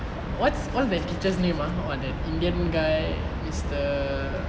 what's all the teachers name ah oh the indian guy mister